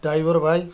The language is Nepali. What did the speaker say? ड्राइभर भाइ